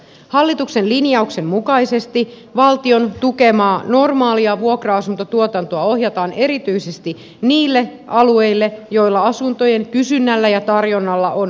hallituksen linjauksen mukaisesti valtion tukemaa normaalia vuokra asuntotuotantoa ohjataan erityisesti niille alueille joilla asuntojen kysynnällä ja tarjonnalla on pitkäaikaista tarvetta